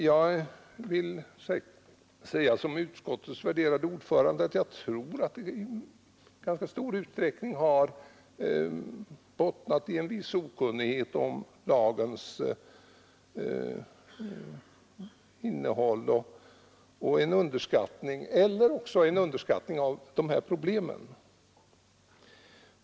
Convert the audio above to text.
Jag vill säga som utskottets värderade ordförande, att jag tror att det kanske i stor utsträckning har bottnat i en viss okunnighet om lagens innehåll eller också i en underskattning av de här problemen.